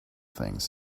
things